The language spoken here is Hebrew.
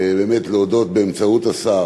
באמת להודות באמצעות השר